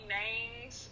names